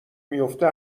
میفته